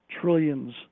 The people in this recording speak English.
trillions